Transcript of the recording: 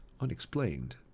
Unexplained